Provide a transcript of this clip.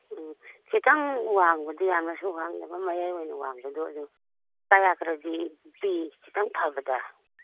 ꯎꯝ ꯈꯤꯇꯪ ꯋꯥꯡꯕꯗꯤ ꯌꯥꯝꯅꯁꯨ ꯋꯥꯡꯗꯕ ꯃꯌꯥꯏ ꯑꯣꯏ ꯋꯥꯡꯕꯗꯨ ꯑꯗꯨ ꯀꯌꯥꯒꯗꯤ ꯄꯤ ꯈꯤꯇꯪ ꯐꯕꯗ